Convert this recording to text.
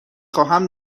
خواهم